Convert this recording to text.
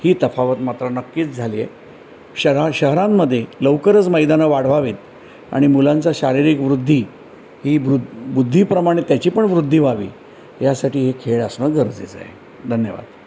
ही तफावत मात्र नक्कीच झालीय शहरा शहरांमदे लवकरच मैदानं वाढवावेत आणि मुलांचा शारीरिक वृद्धी ही वृ बुद्धीप्रमाणे त्याची पण वृद्धी व्हावी यासाठी हे खेळ असणं गरजेचं आहे धन्यवाद